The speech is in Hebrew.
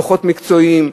דוחות מקצועיים,